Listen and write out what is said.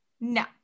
no